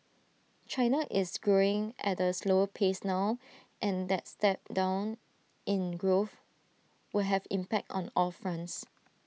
China is green at A slower pace now and that step down in growth will have impact on all fronts